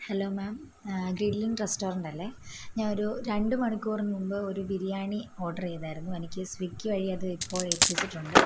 hello ma'am grilling റെസ്റ്റോറൻറ്റല്ലേ ഞാൻ ഒരു രണ്ട് മണിക്കൂറ് മുമ്പ് ഒരു ബിരിയാണി ഓർഡർ ചെയ്തായിരുന്നു എനിക്ക് സ്വിഗ്ഗി വഴി അത് ഇപ്പോഴെത്തിച്ചിട്ടുണ്ട്